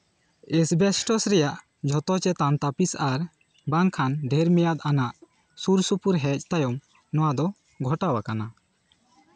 asbestos ᱨᱮᱭᱟᱜ ᱡᱷᱚᱛᱚ ᱪᱮᱛᱟᱱ ᱛᱟᱹᱯᱤᱥ ᱟᱨ ᱵᱟᱝᱠᱷᱟᱱ ᱰᱷᱮᱨ ᱢᱮᱭᱟᱫ ᱟᱱᱟᱜ ᱥᱩᱨ ᱥᱩᱯᱩᱨ ᱦᱮᱡ ᱛᱟᱭᱚᱢ ᱱᱚᱣᱟ ᱫᱚ ᱜᱷᱚᱴᱟᱣ ᱟᱠᱟᱱᱟ